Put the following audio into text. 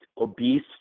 obese